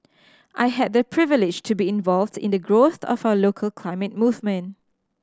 I had the privilege to be involved in the growth of our local climate movement